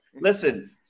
listen